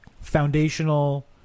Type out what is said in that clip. foundational